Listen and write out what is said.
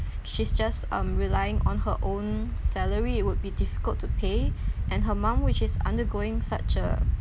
she's just um relying on her own salary it would be difficult to pay and her mum which is undergoing such a